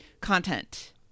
content